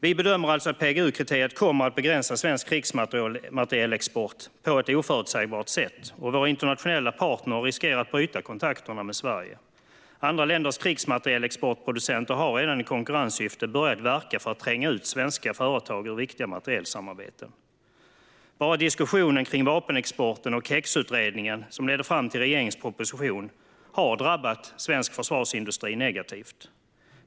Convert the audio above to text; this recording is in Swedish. Vi bedömer alltså att PGU-kriteriet kommer att begränsa svensk krigsmaterielexport på ett oförutsägbart sätt och att våra internationella partner riskerar att bryta kontakterna med Sverige. Andra länders krigsmaterielexportproducenter har redan i konkurrenssyfte börjat verka för att tränga ut svenska företag ur viktiga materielsamarbeten. Bara diskussionen om vapenexporten och KEX-utredningen, som ledde fram till regeringens proposition, har drabbat svensk försvarsindustri negativt.